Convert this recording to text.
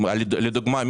לדוגמה,